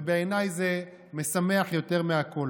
ובעיניי זה משמח יותר מהכול.